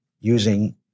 using